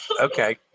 Okay